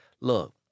Look